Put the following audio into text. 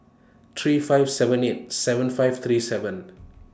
three five seven eight seven five three seven